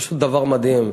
זה פשוט דבר מדהים.